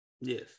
Yes